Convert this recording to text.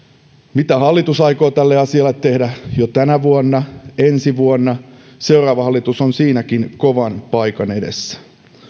mitä hallitus aikoo tälle asialle tehdä jo tänä vuonna ensi vuonna seuraava hallitus on siinäkin kovan paikan edessä